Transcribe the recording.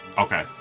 Okay